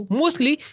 mostly